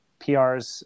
PRs